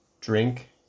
Drink